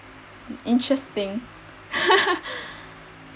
interesting